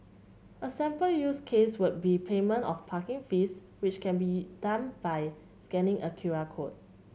a sample use case would be payment of parking fees which can be done by scanning a Q R code